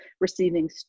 receiving